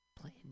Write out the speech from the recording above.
Playing